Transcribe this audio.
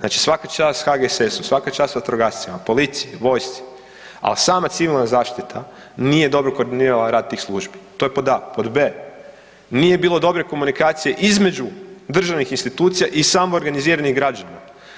znači svaka čast HGSS-u, svaka čast vatrogascima, policiji, vojsci, ali sama Civilna zaštita nije dobro koordinirala rad tih službi, to je pod A. Pod B, nije bilo dobre komunikacije između državnih institucija i samoorganiziranih građana.